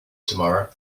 tomorrow